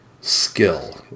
skill